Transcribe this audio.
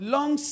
Long